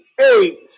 eight